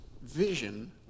vision